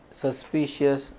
suspicious